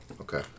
Okay